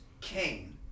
Kane